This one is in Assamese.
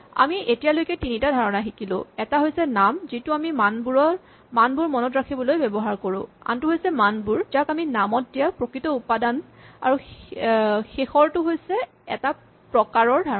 আমি এতিয়ালৈকে তিনিটা ধাৰণা শিকিলো এটা হৈছে নাম যিটো আমি মানবোৰ মনত ৰাখিবলৈ ব্যৱহাৰ কৰো আনটো হৈছে মানবোৰ যাক আমি নামত দিয়া প্ৰকৃত উপাদান আৰু শেষৰটো হৈছে এটা প্ৰকাৰৰ ধাৰণা